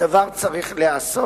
הדבר צריך להיעשות,